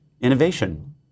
innovation